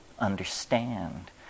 understand